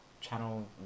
channel